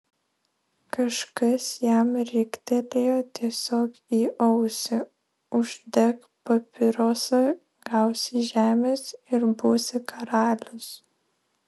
kažkas jam riktelėjo tiesiog į ausį uždek papirosą gausi žemės ir būsi karalius